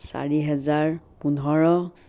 চাৰি হাজাৰ পোন্ধৰ